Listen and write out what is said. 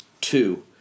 Two